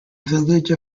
village